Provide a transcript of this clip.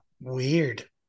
weird